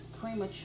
premature